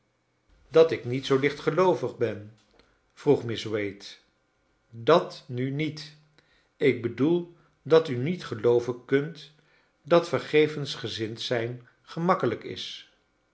dat ik niet zoo lichtgelooyig ben vroeg miss wade dat nu niet ik bedoel dat u niet gelooven knnt dat vergevensgezind zijn gemakkelijk is